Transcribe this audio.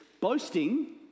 Boasting